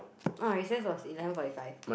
oh recess was eleven forty five